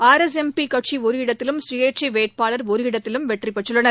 R S M P கட்சி ஒரு இடத்திலும் சுயேச்சை வேட்பாளர் ஒரு இடத்திலும் வெற்றி பெற்றுள்ளனர்